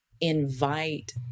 invite